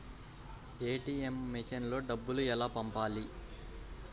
ATM మెషిన్లో డబ్బులు ఎలా పంపాలి?